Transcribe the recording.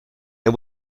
and